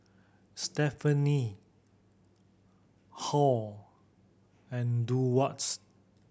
Stephani Halle and Durward